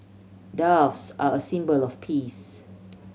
doves are a symbol of peace